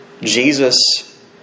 Jesus